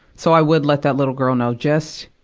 so i would let that little girl know just,